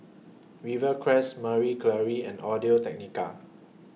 Rivercrest Marie Claire and Audio Technica